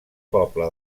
poble